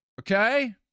Okay